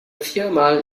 viermal